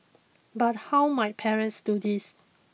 but how might parents do this